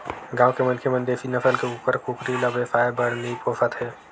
गाँव के मनखे मन देसी नसल के कुकरा कुकरी ल बेवसाय बर नइ पोसत हे